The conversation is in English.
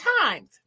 times